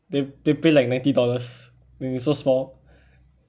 they they pay like ninety dollars when it's so small